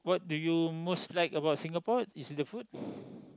what do you most like about Singapore is it the food